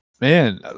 Man